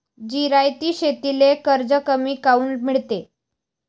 जिरायती शेतीले कर्ज कमी काऊन मिळते?